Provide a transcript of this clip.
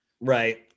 Right